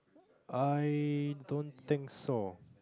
I don't think so